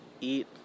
eat